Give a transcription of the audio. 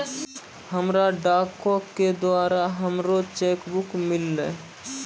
हमरा डाको के द्वारा हमरो चेक बुक मिललै